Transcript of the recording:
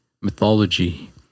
mythology